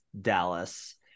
Dallas